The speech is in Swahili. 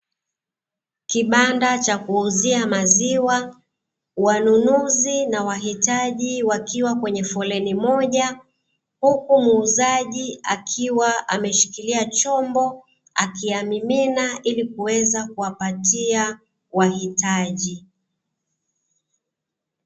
Kibanda cha kuuzia maziwa, wanunuzi na wahitaji wakiwa kwenye foleni moja, huku muuzaji akiwa ameshikilia chombo akiyamimina ili kuweza kuwapatia wahitaji.